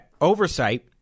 oversight